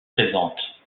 présente